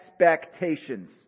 expectations